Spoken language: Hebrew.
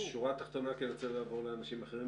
שורה תחתונה כי אני רוצה לעבור לאנשים אחרים.